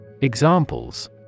Examples